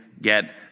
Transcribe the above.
get